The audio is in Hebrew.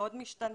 מאוד משתנה,